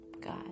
God